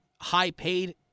high-paid